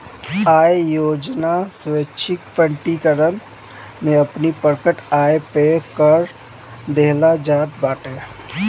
आय योजना स्वैच्छिक प्रकटीकरण में अपनी प्रकट आय पअ कर देहल जात बाटे